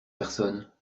personnes